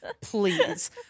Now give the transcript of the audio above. please